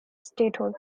statehood